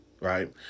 right